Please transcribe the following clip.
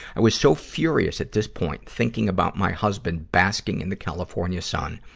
i was so furious at this point, thinking about my husband basking in the california sun,